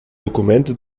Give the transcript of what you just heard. dokumente